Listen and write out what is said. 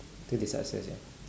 till they success ya